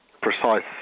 precise